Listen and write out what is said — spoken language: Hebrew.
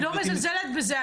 אני לא מזלזלת בזה,